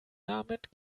damit